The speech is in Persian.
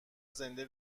زنده